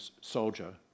soldier